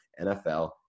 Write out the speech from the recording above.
NFL